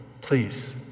Please